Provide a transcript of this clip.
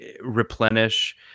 replenish